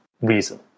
reason